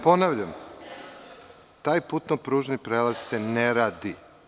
Ponavljam taj putno-pružni prelaz se ne radi.